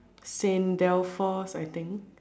Saint Belfast I think